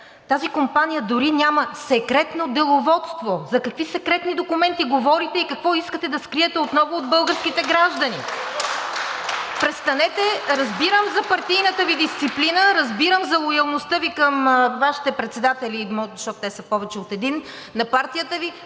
Тази компания дори няма секретно деловодство. За какви секретни документи говорите и какво искате да скриете от много от българските граждани?! (Ръкопляскания от ГЕРБ-СДС.) Престанете! Разбирам за партийната Ви дисциплина, разбирам за лоялността Ви към Вашите председатели, защото те са повече от един, на партията Ви,